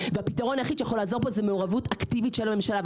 והפתרון היחיד שיכול לעזור פה זה מעורבות אקטיבית של הממשלה,